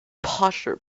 posher